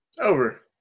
Over